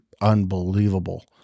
unbelievable